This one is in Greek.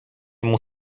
μου